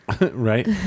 Right